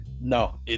No